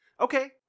Okay